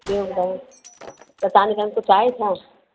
ॿियो ॿुधायो त तव्हांजे घर में कुझु आहे छा